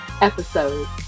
episode